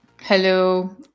Hello